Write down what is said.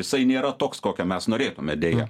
jisai nėra toks kokio mes norėtume deja